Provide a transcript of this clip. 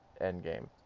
Endgame